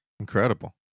Incredible